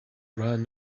ran